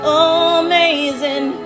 amazing